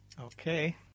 okay